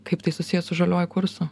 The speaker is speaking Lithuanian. kaip tai susiję su žaliuoju kursu